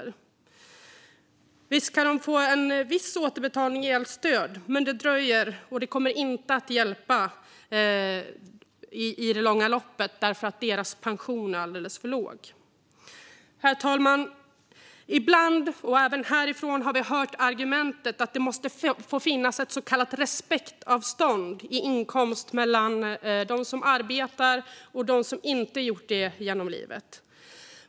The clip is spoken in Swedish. Visst kan de få en viss återbetalning i elstöd, men det dröjer. Och det kommer inte att hjälpa i det långa loppet, för deras pension är alldeles för låg. Herr talman! Ibland, och även härifrån, har vi hört argumentet att det måste finnas ett så kallat respektavstånd i inkomst mellan dem som arbetat och dem som inte gjort det genom livet.